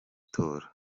gutora